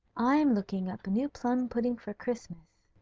i'm looking up a new plum-pudding for christmas,